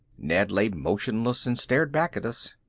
ned lay motionless and stared back at us.